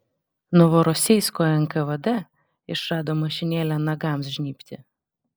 novorosijsko nkvd išrado mašinėlę nagams žnybti